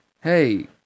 Hey